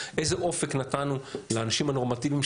איזה אופק נתנו לאנשים הנורמטיביים,